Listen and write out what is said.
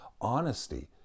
honesty